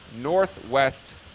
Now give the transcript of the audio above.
Northwest